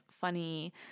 funny